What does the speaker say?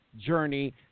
journey